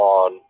on